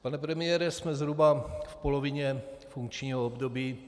Pane premiére, jsme zhruba v polovině funkčního období.